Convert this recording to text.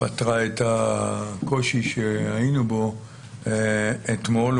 פתרה את הקושי שהיינו בו אתמול.